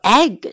egg